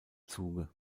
zuge